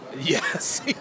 Yes